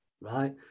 right